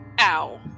Ow